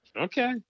Okay